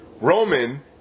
Roman